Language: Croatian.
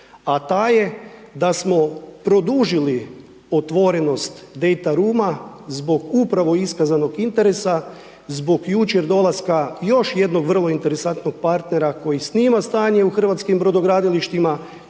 A ta je da smo produžili otvorenost Dejtaruma zbog upravo iskazanog interesa, zbog jučer dolaska još jednog vrlo interesantnog partnera koji snima stanje u hrvatskim Brodogradilištima,